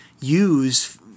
use